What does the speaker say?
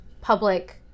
public